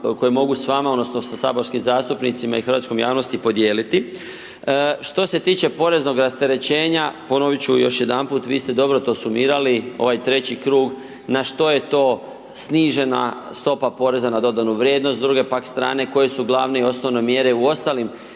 koje mogu s vama odnosno sa saborskim zastupnicima i hrvatskom javnosti podijeliti. Što se tiče poreznog rasterećenja, ponovit ću još jedanput, vi ste dobro to sumirali, ovaj treći krug, na što je to snižena stopa PDV-a, s druge pak strane, koje su glavne i osnovne mjere u ostalim